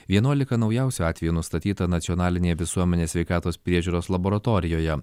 vienuolika naujausių atvejų nustatyta nacionalinėje visuomenės sveikatos priežiūros laboratorijoje